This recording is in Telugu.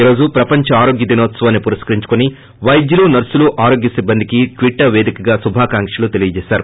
ఈ రోజు ప్రపంచ ఆరోగ్య దినోత్సవాన్ని పుస్కరించుకుని పైద్యులు నర్సులు ఆరోగ్య సిబ్బందికి ట్విటర్ పేదికగా శుభాకాంక్షలు తెలిపారు